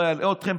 לא אלאה אתכם,